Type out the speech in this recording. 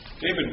David